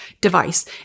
device